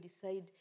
decide